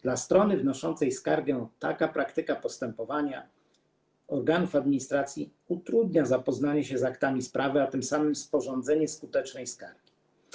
Dla strony wnoszącej skargę taka praktyka postępowania organów administracji utrudnia zapoznanie się z aktami sprawy, a tym samym sporządzenie skutecznej skargi.